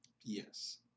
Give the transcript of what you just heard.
Yes